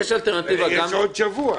יש עוד שבוע.